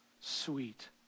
sweet